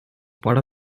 part